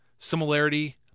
Similarity